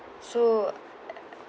so